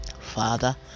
father